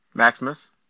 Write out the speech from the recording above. Maximus